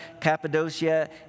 Cappadocia